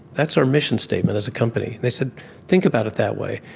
that's our mission statement as a company. they said think about it that way.